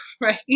Right